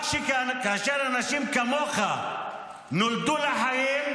רק כאשר אנשים כמוך נולדו לחיים,